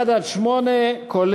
1 עד 8 כולל,